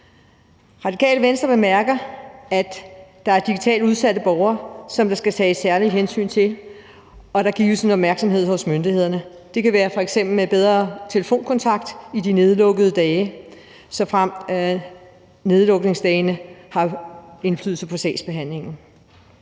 Radikale Venstre bemærker, at der er digitalt udsatte borgere, som der skal tages særligt hensyn til, og som skal gives noget opmærksomhed fra myndighedernes side. Det kan f.eks. være med bedre telefonkontakt i de nedlukkede dage, såfremt nedlukningsdagene har indflydelse på sagsbehandlingen.